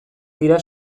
dira